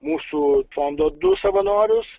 mūsų fondo du savanorius